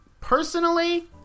personally